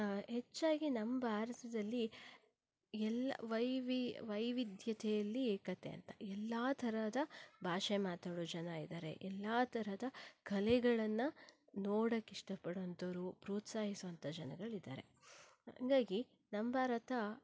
ಹೆಚ್ಚಾಗಿ ನಮ್ಮ ಭಾರತದಲ್ಲಿ ಎಲ್ಲ ವೈವಿ ವೈವಿಧ್ಯತೆಯಲ್ಲಿ ಏಕತೆ ಅಂತ ಎಲ್ಲ ಥರದ ಭಾಷೆ ಮಾತಾಡೋ ಜನ ಇದ್ದಾರೆ ಎಲ್ಲ ಥರದ ಕಲೆಗಳನ್ನು ನೋಡೋಕ್ಕೆ ಇಷ್ಟಪಡೋವಂಥವರು ಪ್ರೋತ್ಸಾಹಿಸುವಂಥ ಜನಗಳಿದ್ದಾರೆ ಹಾಗಾಗಿ ನಮ್ಮ ಭಾರತ